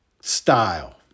style